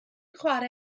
chwarae